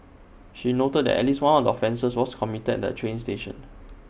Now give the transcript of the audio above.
she noted that at least one of the offences was committed at A train station